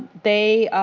they